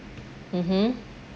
mmhmm